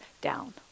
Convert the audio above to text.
down